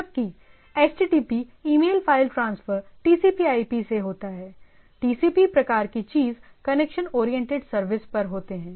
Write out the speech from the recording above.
जबकि HTTP email file transfer TCP IP TCPIP से होता हैटीसीपी प्रकार की चीज कनेक्शन ओरिएंटेड सर्विस पर होते हैं